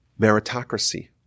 meritocracy